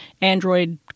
Android